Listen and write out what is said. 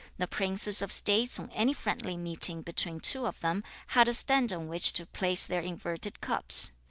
the princes of states on any friendly meeting between two of them, had a stand on which to place their inverted cups.